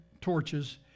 torches